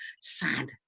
sad